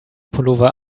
pullover